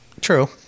True